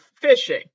fishing